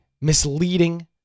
misleading